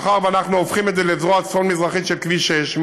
מכיוון שאנחנו הופכים את זה לזרוע הצפון-מזרחית של כביש 6,